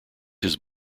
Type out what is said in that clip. his